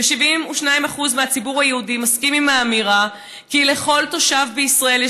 72% מהציבור היהודי מסכימים לאמירה שלכל תושב בישראל יש